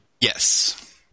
Yes